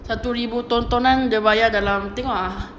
satu ribu tontonan dia bayar dalam tengok ah